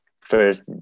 first